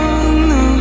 no